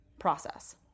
process